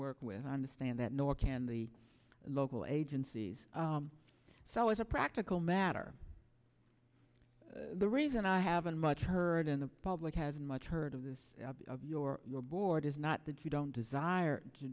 work with i understand that nor can the local agencies so as a practical matter the reason i haven't much heard in the public has been much heard of this of your board is not that you don't desire to